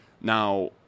now